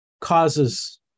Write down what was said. causes